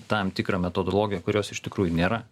tam tikrą metodologiją kurios iš tikrųjų nėra